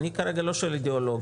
אני כרגע לא שואל אידיאולוגיה.